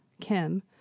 Kim